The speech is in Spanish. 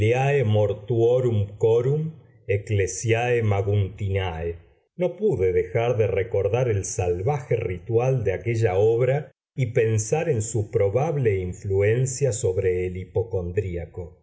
el vigili mortuorum chorum ecclesi maguntin no pude dejar de recordar el salvaje ritual de aquella obra y pensar en su probable influencia sobre el hipocondriaco